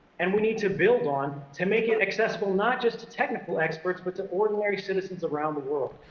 and we need to build on to make it accessible not just to technical experts but to ordinary citizens around the world.